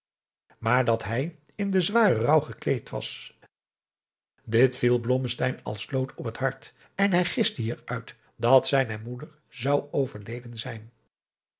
maar dat hij in den zwaren rouw gekleed was dit viel blommesteyn als lood op het hart en hij giste hieruit dat zijne moeder zou overleden zijn